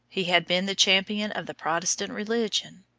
he had been the champion of the protestant religion.